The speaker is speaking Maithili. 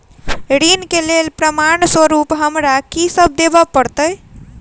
ऋण केँ लेल प्रमाण स्वरूप हमरा की सब देब पड़तय?